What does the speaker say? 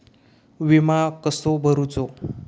विमा कसो भरूचो?